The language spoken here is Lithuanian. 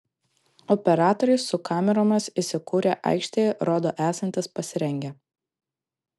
operatoriai su kameromis įsikūrę aikštėje rodo esantys pasirengę